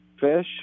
fish